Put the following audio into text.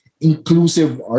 inclusive